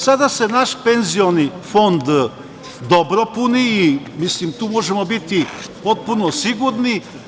Sada se naš penzioni fond dobro puni i tu možemo biti potpuno sigurni.